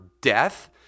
death